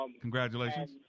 Congratulations